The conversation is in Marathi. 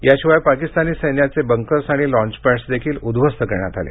याशिवाय पाकिस्तानी सैन्याचे बंकर्स आणि लॉन्चपॅडस देखील उद्धवस्त करण्यात आले